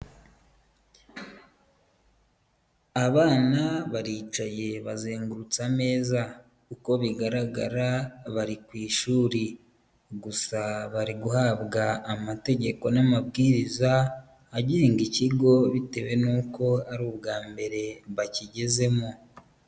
Abana baricaye bazengurutse ameza, uko bigaragara bari ku ishuri, gusa bari guhabwa amategeko n'amabwiriza agenga ikigo bitewe n'uko ari ubwa mbere bakigezemo.